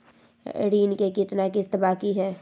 ऋण के कितना किस्त बाकी है?